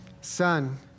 Son